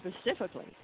specifically